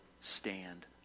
stand